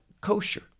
kosher